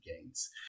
gains